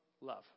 love